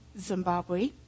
Zimbabwe